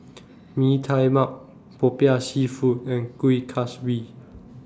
Mee Tai Mak Popiah Seafood and Kueh Kaswi